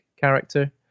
character